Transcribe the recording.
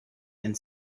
and